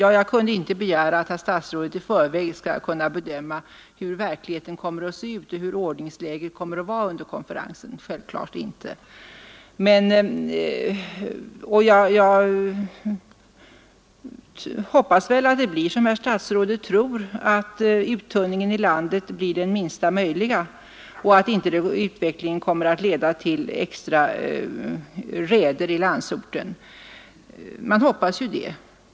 Jag kunde inte begära att herr statsrådet i förväg skulle kunna bedöma hur verkligheten kommer att se ut och hur ordningsläget kommer att vara under konferensen — självklart inte. Jag hoppas emellertid att det blir som herr statsrådet tror, att uttunningen av poliser ute i landet blir den minsta möjliga och att utvecklingen inte kommer att leda till extra raider i landsorten. Man får hoppas det.